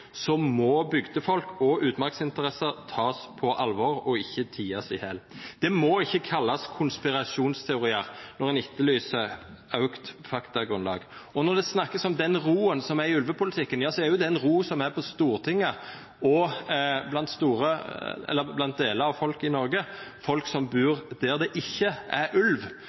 utmarksinteresser tas på alvor og ikke ties i hjel. Det må ikke kalles konspirasjonsteorier når en etterlyser økt faktagrunnlag. Og når det snakkes om den roen som er i ulvepolitikken, ja, så er det en ro som er på Stortinget og blant deler av folk i Norge, folk som bor der det ikke er ulv.